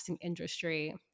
industry